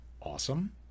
awesome